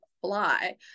fly